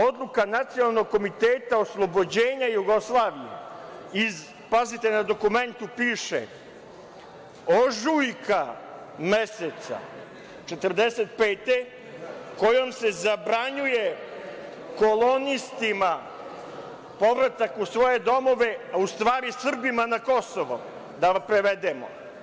Odluka Nacionalnog komiteta oslobođenja Jugoslavije iz, pazite na dokumentu piše, ožujka meseca 1945. godine kojom se zabranjuje kolonistima povratak u svoje domove, a u stvari Srbima na Kosovo, da prevedemo.